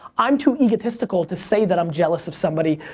i'm too egotistical to say that i'm jealous of somebody,